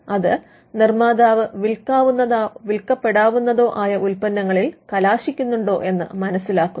അത് നിർമ്മാതാവ് വിൽക്കാവുന്നതോ വിൽക്കപ്പെടാവുന്നതോ ആയ ഉത്പന്നങ്ങളിൽ കലാശിക്കുന്നുണ്ടോ എന്ന് മനസിലാക്കുന്നു